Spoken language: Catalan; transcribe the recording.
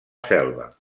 selva